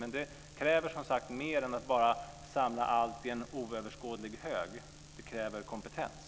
Men det kräver som sagt mer än att bara samla allt i en oöverskådlig hög. Det kräver kompetens.